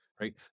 right